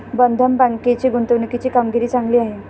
बंधन बँकेची गुंतवणुकीची कामगिरी चांगली आहे